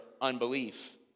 unbelief